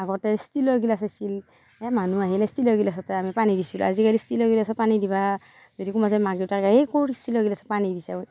আগতে ষ্টিলৰ গিলাচ আছিল এই মানুহ আহিলে ষ্টিলৰ গিলাচতে আমি পানী দিছিলোঁ আজিকালি ষ্টিলৰ গিলাচত পানী দিবা যদি কোনবাই যায় মাকে দেউতাকে এই ক'ৰ ষ্টিলৰ গিলাচত পানী দিছা ঐ